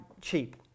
cheap